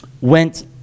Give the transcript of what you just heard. went